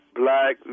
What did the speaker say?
black